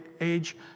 age